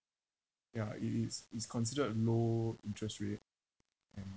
ya it it's it's considered low interest rate and